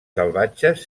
salvatges